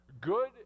Good